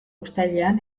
uztailean